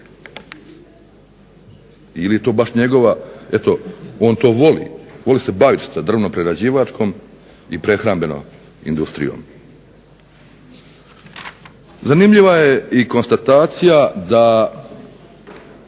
Ili je to baš njegova, eto on to voli, voli se bavit sa drvno-prerađivačkom i prehrambenom industrijom. Zanimljiva je i konstatacija da